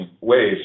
ways